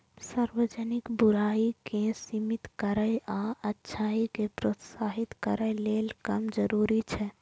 सार्वजनिक बुराइ कें सीमित करै आ अच्छाइ कें प्रोत्साहित करै लेल कर जरूरी छै